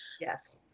Yes